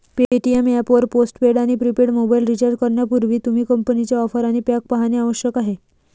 Paytm app वर postpaid आणि prepaid mobile recharge करण्यापूर्वी, तुम्ही कंपनीच्या ऑफर आणि पॅक पाहणे आवश्यक आहे